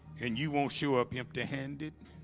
and you won't show up empty-handed